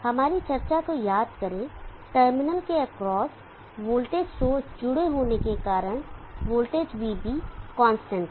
हमारी चर्चा को याद करें टर्मिनल के एक्रॉस वोल्टेज सोर्स जुड़े होने के कारण वोल्टेज vB कांस्टेंट है